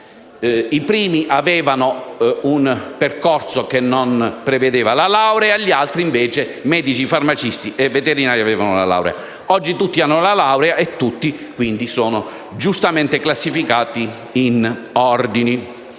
i primi avevano un percorso che non prevedeva la laurea, gli altri (medici, farmacisti e veterinari) avevano invece la laurea. Oggi tutti hanno la laurea e tutti sono giustamente classificati in ordini.